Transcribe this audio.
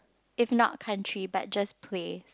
if not country but just place